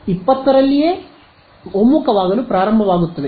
20ರಲ್ಲಿಯೇ ಒಮ್ಮುಖವಾಗಲು ಪ್ರಾರಂಭವಾಗುತ್ತದೆ